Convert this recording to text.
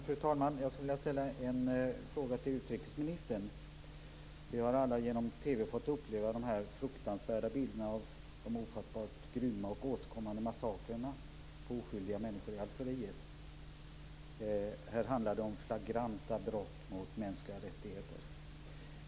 Fru talman! Jag vill ställa en fråga till utrikesministern. Vi har alla i TV sett de fruktansvärda bilderna av de ofattbart grymma och återkommande massakrerna på oskyldiga människor i Algeriet. Det handlar om flagranta brott mot mänskliga rättigheter.